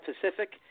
Pacific